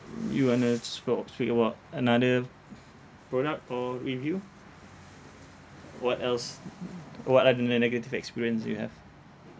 you want to spoke speak about another product or review what else what other ne~ negative experience you have